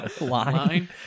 Line